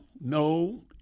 no